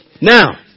Now